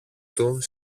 του